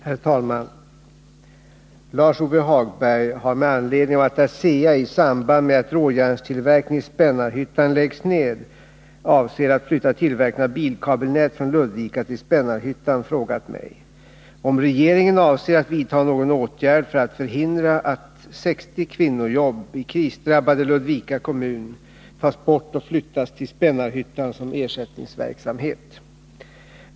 Herr talman! Lars-Ove Hagberg har med anledning av att ASEA — i samband med att råjärnstillverkningen i Spännarhyttan läggs ned — avser att flytta tillverkningen av bilkabelnät från Ludvika till Spännarhyttan frågat mig om regeringen avser att vidta någon åtgärd för att förhindra att 60 kvinnojobb i krisdrabbade Ludvika kommun tas bort och flyttas till Spännarhyttan som ersättningsverksamhet.